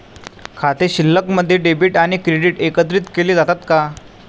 खाते शिल्लकमध्ये डेबिट आणि क्रेडिट एकत्रित केले जातात का?